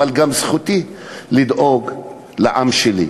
אבל זכותי לדאוג לעם שלי.